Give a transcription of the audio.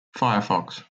firefox